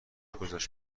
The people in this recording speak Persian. گذشت